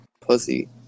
pussy